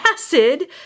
Acid